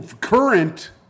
current